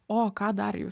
o ką dar jūs